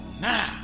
Now